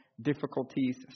difficulties